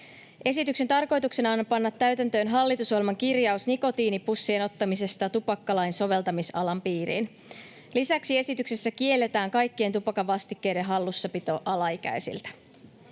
Esityksen tarkoituksena on panna täytäntöön hallitusohjelman kirjaus nikotiinipussien ottamisesta tupakkalain soveltamisalan piiriin. Lisäksi esityksessä kielletään kaikkien tupakan vastikkeiden hallussapito alaikäisiltä.